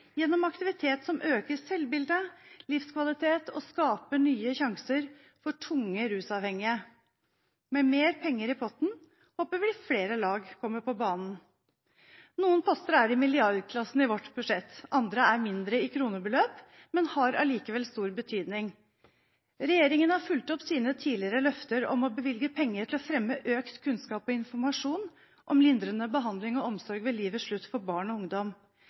gjennom aktivitet som øker selvbildet og livskvaliteten, og skaper nye sjanser for tunge rusavhengige. Med mer penger i potten håper vi flere lag kommer på banen. Noen poster er i milliardklassen i vårt budsjett, andre er mindre i kronebeløp, men har allikevel stor betydning. Regjeringen har fulgt opp sine tidligere løfter om å bevilge penger til å fremme økt kunnskap og informasjon om lindrende behandling og omsorg ved livets slutt for barn og ungdom.